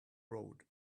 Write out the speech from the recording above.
road